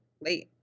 late